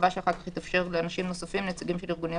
אחת היא סעיף 19